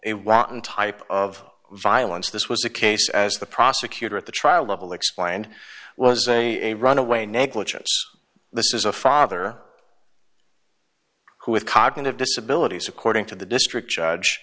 wanton type of violence this was a case as the prosecutor at the trial level explained was a runaway negligence this is a father who with cognitive disabilities according to the district judge